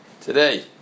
today